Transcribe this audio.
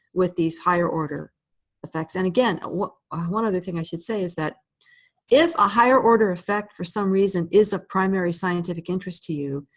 with these higher-order effects. and again, one other thing i should say is that if a higher-order effect, for some reason, is a primary scientific interest to you,